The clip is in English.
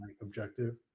Objective